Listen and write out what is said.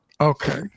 Okay